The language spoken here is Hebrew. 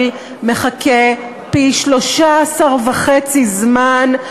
הוא גם מקצר את זמן התור.